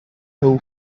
who